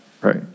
Right